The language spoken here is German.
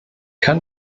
kann